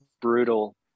brutal